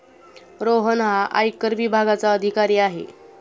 रोहन हा आयकर विभागाचा अधिकारी आहे